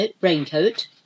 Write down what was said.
raincoat